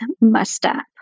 must-stop